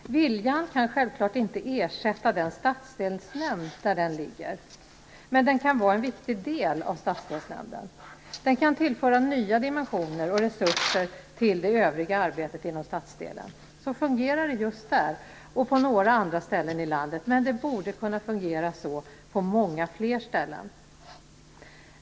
"Viljan" kan självfallet inte ersätta den stadsdelsnämnd i det område den ligger, men den kan vara en viktig del av stadsdelsnämnden. Den kan tillföra nya dimensioner till det övriga arbetet inom stadsdelen. Så fungerar det just där och på några andra ställen i landet, men det borde kunna fungera så på många fler ställen.